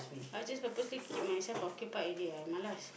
I just purposely keep myself occupied already ah malas